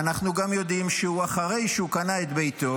ואנחנו גם יודעים שאחרי שהוא קנה את ביתו,